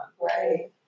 Right